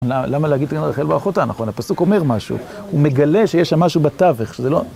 למה להגיד לרחל והאחותה, נכון, הפסוק אומר משהו, הוא מגלה שיש שם משהו בתווך, שזה לא...